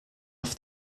off